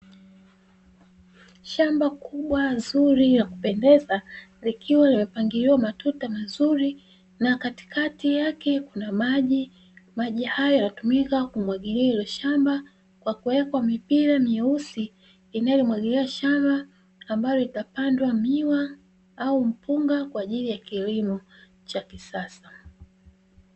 Shamba kubwa zuri la kupendeza, likiwa limepangiliwa matuta vizuri na katikati yake kuna maji. Maji hayo hutumika kumwagilia hilo shamba kwa kuweka mipira meusi inayomwagilia shamba, ambalo litapandwa miwa au mpunga kwa ajili ya kilimo cha kisasa.